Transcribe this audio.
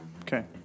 Okay